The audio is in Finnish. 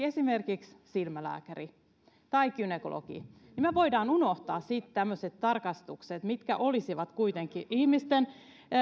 esimerkiksi silmälääkäri tai gynekologi niin me voimme unohtaa sitten tämmöiset tarkastukset mitkä olisivat kuitenkin ihmisten